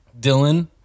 Dylan